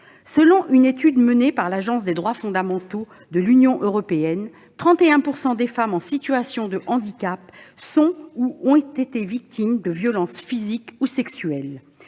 Selon une étude menée par l'Agence des droits fondamentaux de l'Union européenne, 31 % des femmes en situation de handicap sont ou ont été victimes de violences physiques ou sexuelles.